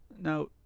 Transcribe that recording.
now